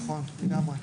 נכון, לגמרי.